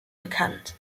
bekannt